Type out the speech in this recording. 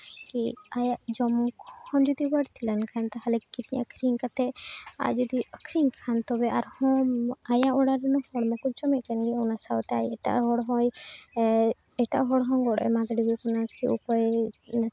ᱠᱤ ᱟᱭᱟᱜ ᱡᱚᱢ ᱠᱷᱚᱱ ᱡᱩᱫᱤ ᱵᱟᱹᱲᱛᱤ ᱞᱮᱱᱠᱷᱟᱱ ᱛᱟᱦᱚᱞᱮ ᱠᱤᱨᱤᱧ ᱟᱹᱠᱷᱨᱤᱧ ᱠᱟᱛᱮ ᱟᱨᱡᱩᱫᱤ ᱟᱹᱠᱷᱨᱤᱧ ᱠᱷᱟᱱ ᱛᱚᱵᱮ ᱟᱨᱦᱚᱸ ᱟᱭᱟᱜ ᱚᱲᱟᱜ ᱨᱮᱱ ᱦᱚᱲ ᱢᱟᱠᱚ ᱡᱚᱢᱮᱜ ᱠᱟᱱᱜᱮ ᱚᱱᱟ ᱥᱟᱶᱛᱮ ᱟᱡ ᱮᱴᱟᱜ ᱦᱚᱲ ᱦᱚᱸᱭ ᱮᱴᱟᱜ ᱦᱚᱲᱦᱚᱸ ᱜᱚᱲᱚᱭ ᱮᱢᱟ ᱠᱟᱫᱮᱜᱮ ᱚᱱᱟ ᱠᱚ ᱚᱠᱚᱭ